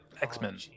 x-men